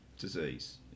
disease